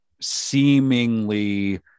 seemingly